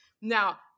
Now